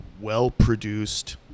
well-produced